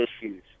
issues